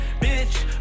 bitch